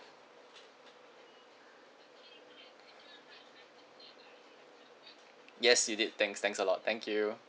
yes you did thanks thanks a lot thank you